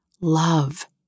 love